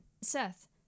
Seth